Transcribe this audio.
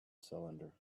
cylinder